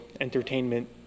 entertainment